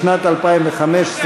משרד המדע והחלל,